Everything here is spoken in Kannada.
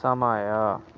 ಸಮಯ